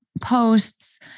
posts